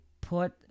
put